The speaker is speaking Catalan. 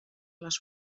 les